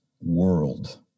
world